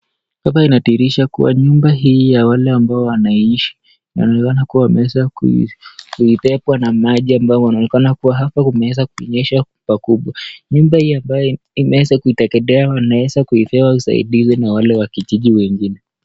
Hii inadhihirisha kuwa, nyumba hii ambaye wanaiishi, wanaona kuwa wameeza kubebwa na maji ambayo inaonekana kuwa hapa imeeza kunyesha pakubwa, nyumba hii ambayo imeeza kuteketea wameeza kupewa usaidizi na wale wa kijiji wengine.